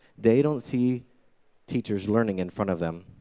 they don't see teachers learning in front of them.